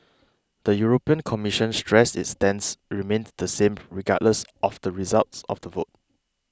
the European Commission stressed its stance remained the same regardless of the results of the vote